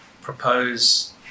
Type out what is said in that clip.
propose